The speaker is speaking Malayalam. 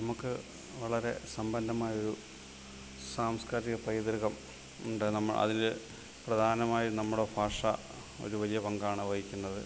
നമുക്ക് വളരെ സമ്പന്നമായൊരു സാംസ്ക്കാരിക പൈതൃകം ഉണ്ട് നമ്മൾ അതിൽ പ്രധാനമായും നമ്മുടെ ഭാഷ ഒരു വലിയ പങ്കാണ് വഹിക്കുന്നത്